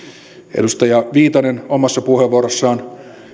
edustaja viitanen omassa puheenvuorossaan